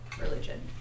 religion